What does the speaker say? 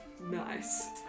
nice